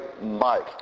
Mike